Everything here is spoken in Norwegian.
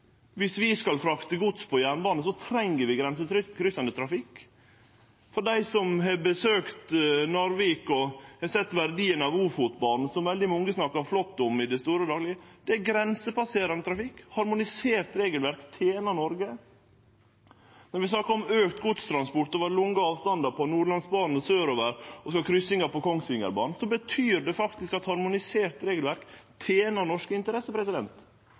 Viss vi skal frakte gods på jernbane, treng vi grensekryssande trafikk. For dei som har besøkt Narvik og har sett verdien av Ofotbanen, som veldig mange snakkar flott om til dagleg – det er grensepasserande trafikk. Harmonisert regelverk tener Norge. Når vi snakkar om auka godstransport over lange avstandar på Nordlandsbanen og sørover og så kryssingar på Kongsvingerbanen, betyr det faktisk at harmonisert regelverk tener norske interesser.